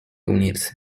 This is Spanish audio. unirse